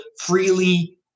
freely